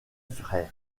frère